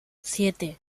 siete